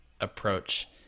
approach